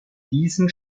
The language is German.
diesen